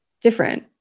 different